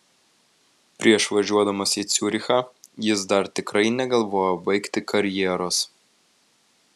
prieš važiuodamas į ciurichą jis dar tikrai negalvojo baigti karjeros